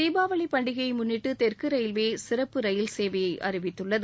தீபாவளி பண்டிகையை முன்னிட்டு தெற்கு ரயில்வே சிறப்பு ரயில் சேவையை அறிவித்துள்ளது